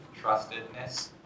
trustedness